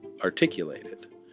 articulated